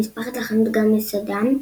נספחת לחנות גם מסעדה,